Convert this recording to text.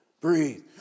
Breathe